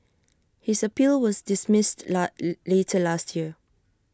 his appeal was dismissed not later last year